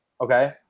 okay